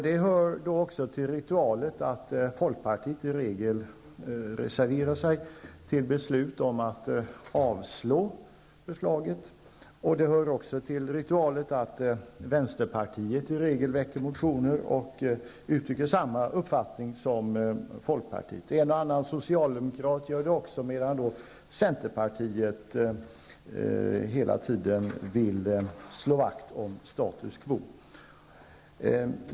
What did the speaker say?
Det hör till ritualen att folkpartiet i regel reserverar sig mot beslut om att avslå förslaget. Och det hör också till ritualen att vänsterpartiet i regel väcker motioner och uttrycker samma uppfattning som folkpartiet. En och annan socialdemokrat gör det också, medan centerpartiet hela tiden vill slå vakt om status quo.